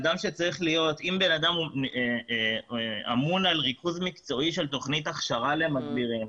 אם בן אדם אמון על ריכוז מקצועי של תוכנית הכשרה למדבירים,